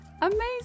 Amazing